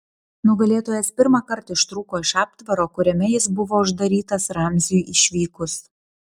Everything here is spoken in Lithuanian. nugalėtojas pirmąkart ištrūko iš aptvaro kuriame jis buvo uždarytas ramziui išvykus